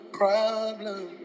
problem